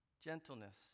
gentleness